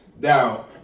Now